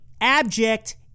abject